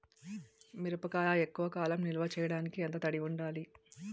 మిరపకాయ ఎక్కువ కాలం నిల్వ చేయటానికి ఎంత తడి ఉండాలి?